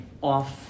off